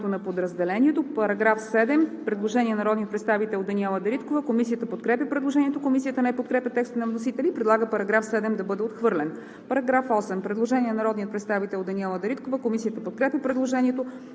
на подразделението. По § 7 има предложение на народния представител Даниела Дариткова. Комисията подкрепя предложението. Комисията не подкрепя текста на вносителя и предлага § 7 да бъде отхвърлен. По § 8 има предложение на народния представител Даниела Дариткова. Комисията подкрепя предложението.